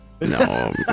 no